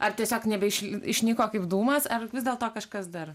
ar tiesiog išnyko kaip dūmas ar vis dėlto kažkas dar